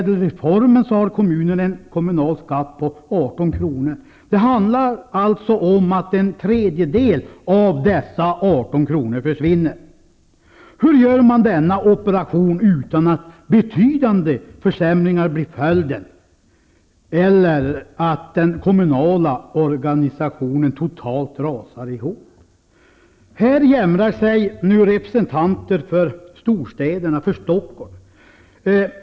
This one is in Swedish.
Det handlar alltså om att en tredjedel av dessa Hur gör man denna operation utan att betydande försämringar blir följden eller utan att den kommunala organisationen totalt rasar ihop? Här jämrar sig nu representanter för storstäderna, för Stockholm.